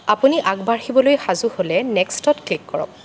আপুনি আগবাঢ়িবলৈ সাজু হ'লে নেক্সটত ক্লিক কৰক